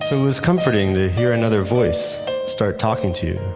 it was comforting to hear another voice start talking to you,